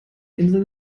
inseln